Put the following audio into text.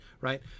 right